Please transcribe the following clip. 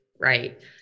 Right